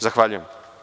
Zahvaljujem.